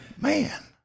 Man